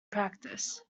practice